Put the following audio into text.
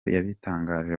yabitangaje